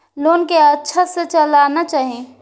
Loan के अच्छा से चलाना चाहि?